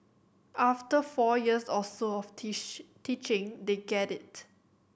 after four years or so of teach teaching they get it